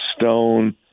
stone